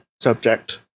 subject